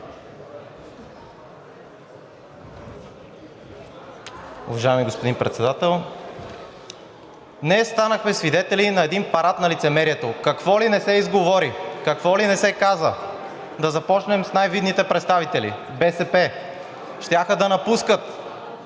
Уважаеми господин Председател! Днес станахме свидетели на един парад на лицемерието. Какво ли не се изговори, какво ли не се каза. Да започнем с най-видните представители – БСП. Щяха да напускат,